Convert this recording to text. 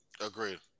Agreed